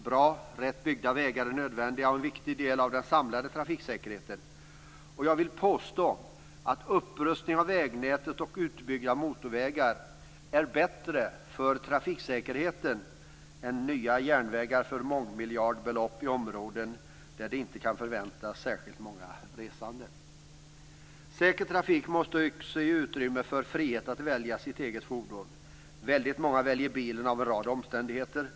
Bra, rätt byggda vägar är nödvändiga och en viktig del av den samlade trafiksäkerheten. Jag vill påstå att upprustning av vägnätet och utbyggda motorvägar är bättre för trafiksäkerheten än nya järnvägar för mångmiljardbelopp i områden där det inte kan förväntas särskilt många resande. Säker trafik måste också ge utrymme för en frihet att välja sitt eget fordon. Väldigt många väljer på grund av en rad omständigheter bilen.